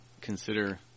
consider